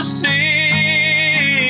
see